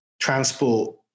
transport